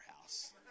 house